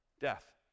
death